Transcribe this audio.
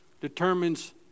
determines